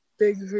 Big